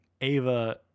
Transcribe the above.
Ava